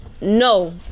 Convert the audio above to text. no